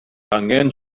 angen